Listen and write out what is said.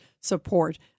support